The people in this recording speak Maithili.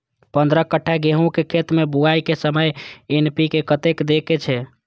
पंद्रह कट्ठा गेहूं के खेत मे बुआई के समय एन.पी.के कतेक दे के छे?